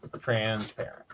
transparent